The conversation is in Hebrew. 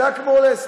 זה היה אולי כמו,